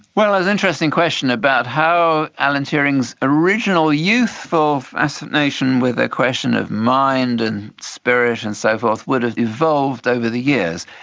well, there's an interesting question about how alan turing's original youthful fascination with a question of mind and spirit and so forth would have evolved over the years.